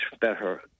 better